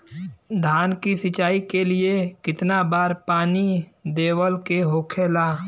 धान की सिंचाई के लिए कितना बार पानी देवल के होखेला?